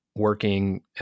working